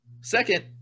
Second